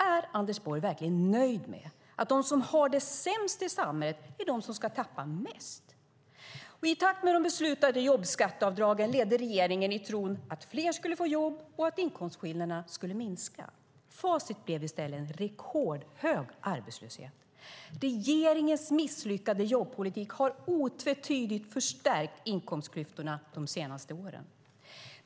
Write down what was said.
Är Anders Borg verkligen nöjd med att de som har det sämst i samhället är de som ska tappa mest? I takt med de beslutade jobbskatteavdragen levde regeringen i tron att fler skulle få jobb och att inkomstskillnaderna skulle minska. Facit blev i stället en rekordhög arbetslöshet. Regeringens misslyckade jobbpolitik har otvetydigt förstärkt inkomstklyftorna de senaste åren.